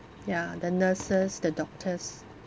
ya the nurses the doctors